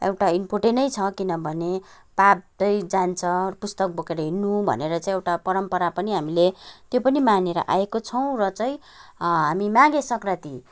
एउटा इम्पोर्टेनै छ किनभने पाप चाहिँ जान्छ पुस्तक बोकेर हिँड्नु भनेर चाहिँ एउटा परम्परा पनि हामीले त्यो पनि मानेर आएका छौँ र चाहिँ हामी माघे सङ्क्रान्ति